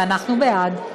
ואנחנו בעד.